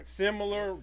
similar